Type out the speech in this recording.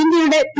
ഇന്ത്യയുടെ പി